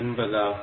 என்பதாகும்